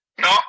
no